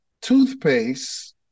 toothpaste